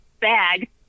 bag